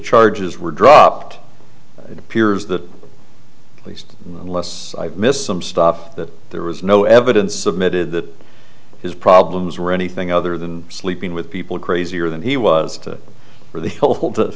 charges were dropped appears that at least unless i missed some stuff that there was no evidence submitted that his problems were anything other than sleeping with people crazier than he was for the